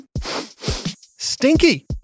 ...stinky